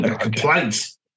Complaints